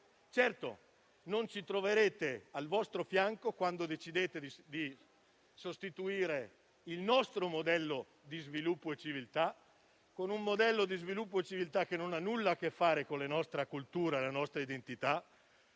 Certo, non ci trovate al vostro fianco quando decidete di sostituire il nostro modello di sviluppo e civiltà con un modello di sviluppo e civiltà che non ha nulla a che fare con la nostra cultura e la nostra identità,